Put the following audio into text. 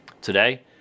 Today